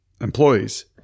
employees